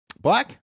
Black